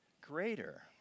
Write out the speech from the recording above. greater